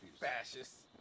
Fascists